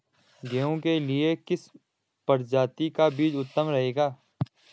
गेहूँ के लिए किस प्रजाति का बीज उत्तम रहेगा?